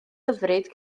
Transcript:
hyfryd